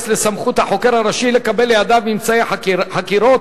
לסמכות החוקר הראשי לקבל לידיו ממצאי חקירות